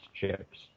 chips